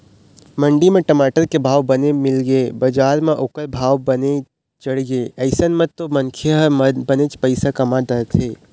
मंडी म टमाटर के भाव बने मिलगे बजार म ओखर भाव बने चढ़गे अइसन म तो मनखे ह बनेच पइसा कमा डरथे